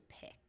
pick